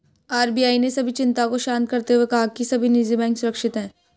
RBI ने सभी चिंताओं को शांत करते हुए कहा है कि सभी निजी बैंक सुरक्षित हैं